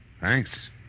Thanks